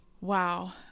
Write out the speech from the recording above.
wow